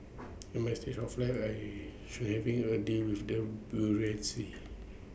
at my stage of life I shun having A deal with the bureaucracy